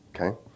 Okay